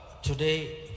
today